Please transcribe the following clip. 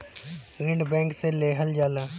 ऋण बैंक से लेहल जाला